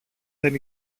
δεν